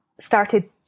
started